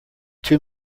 too